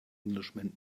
englishman